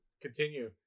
continue